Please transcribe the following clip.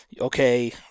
okay